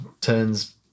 turns